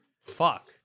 Fuck